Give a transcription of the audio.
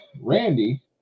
Randy